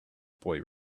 boy